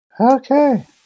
Okay